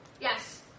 Yes